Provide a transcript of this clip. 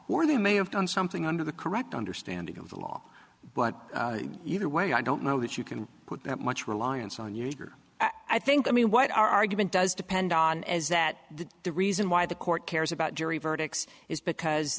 or they may have done something under the correct understanding of the law but either way i don't know that you can put that much reliance on you i think i mean what argument does depend on as that that the reason why the court cares about jury verdicts is because